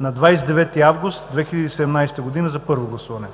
на 29 август 2017 г. за първо гласуване.